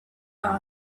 are